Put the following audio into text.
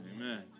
Amen